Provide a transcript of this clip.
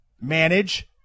manage